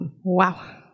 Wow